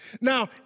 Now